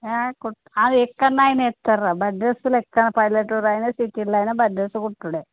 య కుట్ట అవి ఎక్కడ అయిన ఇస్తారు రా బర్త్డే డ్రస్ ఎక్కడ పల్లెటూరు అయిన సిటీలలో అయిన బర్త్డే డ్రస్ కుట్టుడే